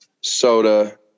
soda